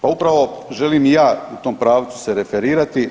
Pa upravo želim i ja u tom pravcu se referirati.